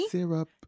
Syrup